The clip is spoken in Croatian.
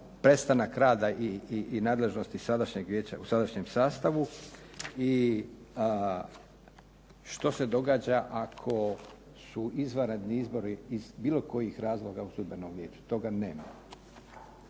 prestanak rada i nadležnosti sadašnjeg vijeća u sadašnjem sastavu i što se događa ako su izvanredni izbori iz bilo kojih razloga u Sudbenom vijeću. Toga nema.